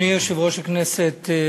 אדוני יושב-ראש הכנסת,